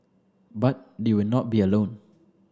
but they will not be alone